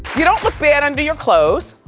you don't look bad under your clothes,